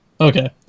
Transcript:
Okay